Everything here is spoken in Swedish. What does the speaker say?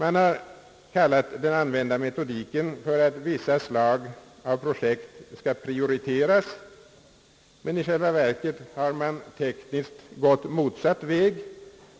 Man säger att den använda metodiken innebär att vissa slag av projekt skall prioriteras, men i själva verket har man gått motsatt väg